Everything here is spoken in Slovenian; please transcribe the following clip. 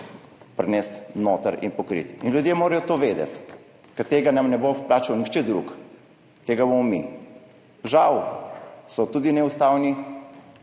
prinesti noter in pokriti. In ljudje morajo to vedeti, ker tega nam ne bo plačal nihče drug, to bomo mi. Žal so tudi neustavni